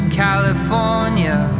california